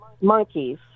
monkeys